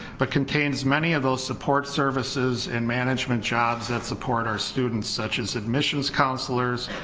but contains many of those support services and management jobs that support our students such as admissions counselors,